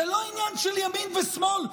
זה לא עניין של ימין ושמאל.